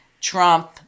Trump